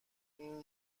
این